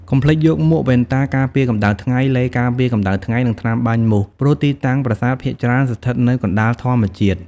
កុំភ្លេចយកមួក វ៉ែនតាការពារកម្តៅថ្ងៃ ឡេការពារកម្ដៅថ្ងៃ និងថ្នាំបាញ់មូស ព្រោះទីតាំងប្រាសាទភាគច្រើនស្ថិតនៅកណ្តាលធម្មជាតិ។